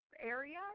Area